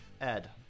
Ed